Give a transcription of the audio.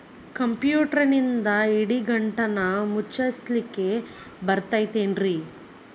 ಕಂಪ್ಯೂಟರ್ನಿಂದ್ ಇಡಿಗಂಟನ್ನ ಮುಚ್ಚಸ್ಲಿಕ್ಕೆ ಬರತೈತೇನ್ರೇ?